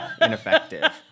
ineffective